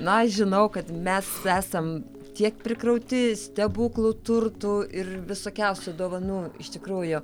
na aš žinau kad mes esam tiek prikrauti stebuklų turtų ir visokiausių dovanų iš tikrųjų